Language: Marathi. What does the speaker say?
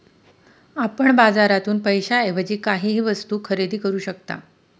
आपण बाजारातून पैशाएवजी काहीही वस्तु खरेदी करू शकता